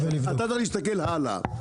אתה צריך להסתכל הלאה.